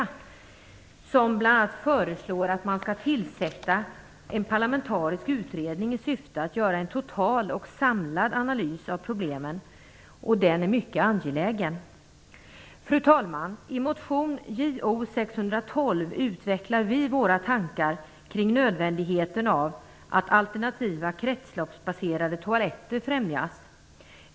Där föreslås bl.a. att man skall tillsätta en parlamentarisk utredning i syfte att göra en total och samlad analys av problemen, och den är mycket angelägen. Fru talman! I motion Jo612 utvecklar vi våra tankar kring nödvändigheten av att alternativa kretsloppsbaserade toaletter främjas.